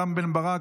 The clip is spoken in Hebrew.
רם בן ברק,